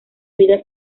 vida